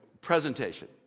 presentation